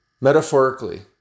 metaphorically